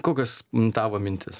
kokios tavo mintys